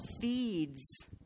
feeds